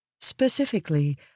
Specifically